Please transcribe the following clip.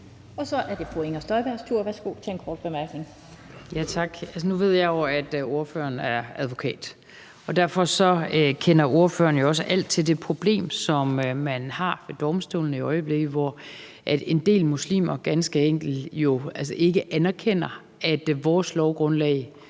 Så er det fru Inger Støjbergs tur. Værsgo for en kort bemærkning. Kl. 18:12 Inger Støjberg (DD): Tak. Nu ved jeg, at ordføreren er advokat, og derfor kender ordføreren jo også alt til det problem, som man har ved domstolene i øjeblikket, hvor en del muslimer ganske enkelt ikke anerkender, at vores lovgrundlag